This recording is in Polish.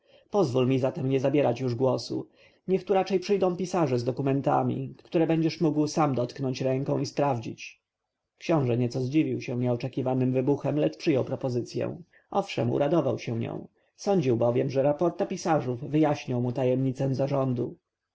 pozwól mi zatem nie zabierać już głosu niech tu raczej przyjdą pisarze z dokumentami które będziesz mógł sam dotknąć ręką i sprawdzić książę nieco zdziwił się nieoczekiwanym wybuchem lecz przyjął propozycję owszem uradował się nią sądził bowiem że raporta pisarzów wyjaśnią mu tajemnicę zarządu